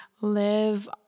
live